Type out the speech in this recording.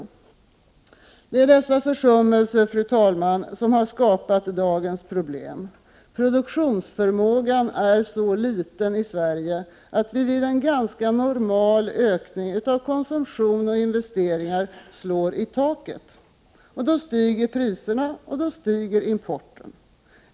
Det är dessa försummelser, fru talman, som har skapat dagens problem. Produktionsförmågan är så liten i Sverige att vi vid en ganska ”normal” ökning av konsumtion och investeringar slår i taket. Då stiger priserna och då ökar importen.